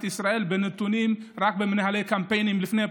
ישראל רק בנתונים ממנהלי קמפיינים לפני הבחירות.